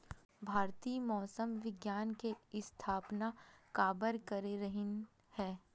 भारती मौसम विज्ञान के स्थापना काबर करे रहीन है?